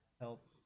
help